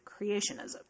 creationism